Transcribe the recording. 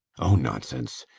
oh nonsense.